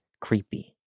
creepy